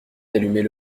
d’allumer